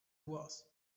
was